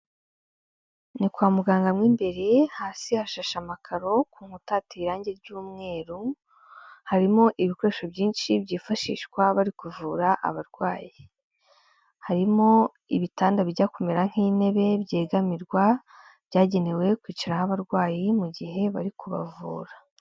Ni kwa muganga mo imbere hasi hasheshe amakaro, ku nkuta hateye irangi ry'umweru, harimo ibikoresho byinshi byifashishwa bari kuvura abarwayi, harimo ibitanda bijya kumera nk'intebe byegamirwa byagenewe kwicaraho abarwayi mu gihe bari kubavura.